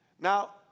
Now